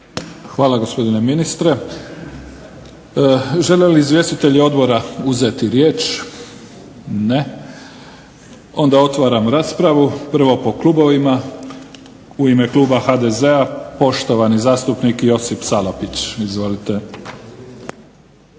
Hvala, gospodine ministre. Žele li izvjestitelji odbora uzeti riječ? Ne. Onda otvaram raspravu, prvo po klubovima. U ime kluba HDZ-a poštovani zastupnik Josip Salapić. Izvolite.